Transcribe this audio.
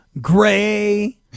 gray